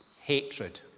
hatred